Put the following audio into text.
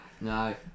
No